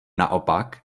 naopak